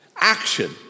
action